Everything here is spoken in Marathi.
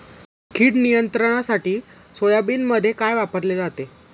कीड नियंत्रणासाठी सोयाबीनमध्ये काय वापरले जाते?